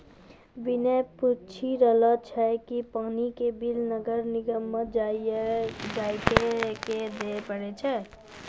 विनय पूछी रहलो छै कि पानी के बिल नगर निगम म जाइये क दै पड़ै छै?